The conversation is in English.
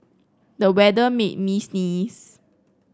the weather made me sneeze